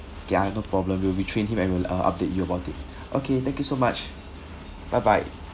yeah no problem we'll retrained him and will uh update you about it okay thank you so much bye bye